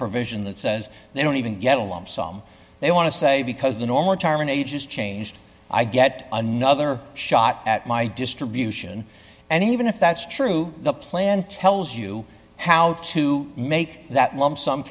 provision that says they don't even get a lump sum they want to say because the norm retirement age is changed i get another shot at my distribution and even if that's true the plan tells you how to make that lump sum